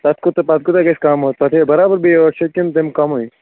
پَتہٕ کوٗتاہ پَتہٕ کوٗتاہ گژھِ کَم حظ پَتہٕ ہیٚوٕ برابر بیٚیہِ ٲٹھ شَتھ کِنہٕ تَمہِ کَمٕے